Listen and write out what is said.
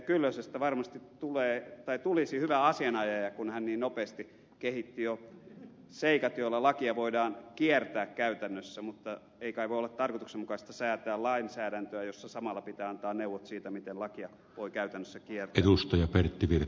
kyllösestä varmasti tulisi hyvä asianajaja kun hän niin nopeasti kehitti jo seikat joilla lakia voidaan kiertää käytännössä mutta ei kai voi olla tarkoituksenmukaista säätää lainsäädäntöä jossa samalla pitää antaa neuvot siitä miten lakia voi käytännössä kiertää